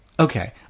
Okay